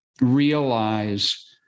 realize